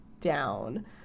down